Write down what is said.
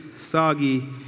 soggy